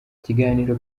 ikiganiro